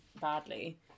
badly